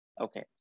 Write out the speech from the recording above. Okay